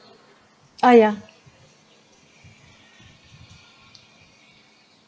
uh yeah